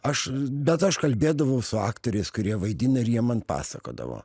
aš bet aš kalbėdavau su aktoriais kurie vaidina ir jie man pasakodavo